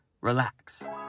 relax